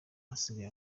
asigaje